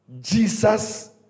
Jesus